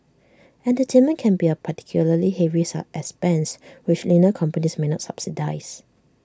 entertainment can be A particularly heavy expense which leaner companies may not subsidise